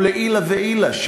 הוא לעילא ולעילא,